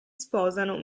sposano